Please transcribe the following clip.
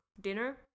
dinner